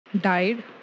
died